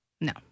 No